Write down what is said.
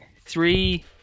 three